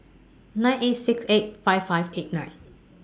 nine eight six eight five five eight nine